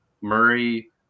Murray